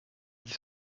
dit